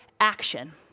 action